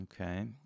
okay